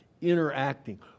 interacting